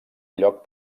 lloc